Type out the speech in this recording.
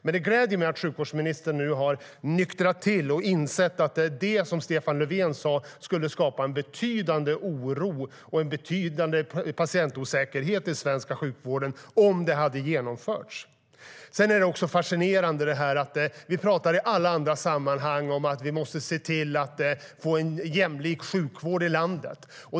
Det är fascinerande att vi i alla andra sammanhang pratar om att vi måste se till att få en jämlik sjukvård i landet.